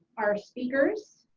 our speakers,